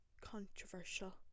controversial